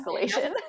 escalation